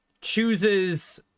chooses